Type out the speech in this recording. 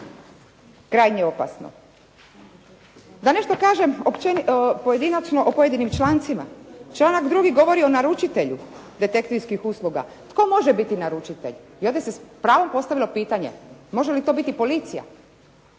krajnje opasno. Da nešto kažem pojedinačno o pojedinim člancima. Članak 2. govori o naručitelju detektivskih usluga. Tko može biti naručitelj? I ovdje se s pravom postavilo pitanje, može li to biti policija,